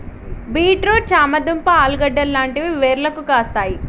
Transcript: beet root చామ దుంప ఆలుగడ్డలు లాంటివి వేర్లకు కాస్తాయి